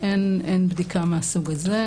(פקודת סדר הדין הפלילי) אין בדיקה מהסוג הזה.